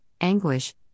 anguish